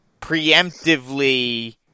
preemptively